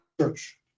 church